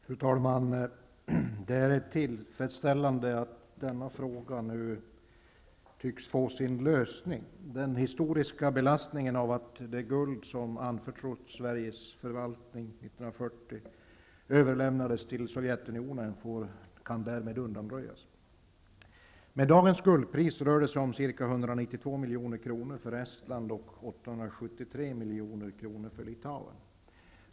Fru talman! Det är tillfredsställande att denna fråga nu tycks få sin lösning. Den historiska belastningen av att det guld som anförtrotts Sveriges förvaltning 1940 överlämnades till Sovjetunionen kan därmed undanröjas. Med dagens guldpris rör det sig om ca 192 milj.kr. till Estland och 873 milj.kr. till Litauen.